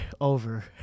Over